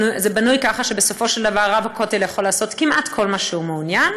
זה בנוי כך שבסופו של דבר רב הכותל יכול לעשות כמעט כל מה שהוא מעוניין,